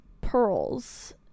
pearls